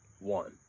one